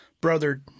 Brother